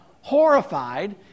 horrified